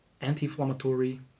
anti-inflammatory